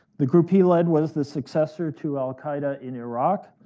the group he led was the successor to al-qaeda in iraq,